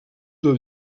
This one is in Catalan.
del